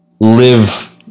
live